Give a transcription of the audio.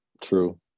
true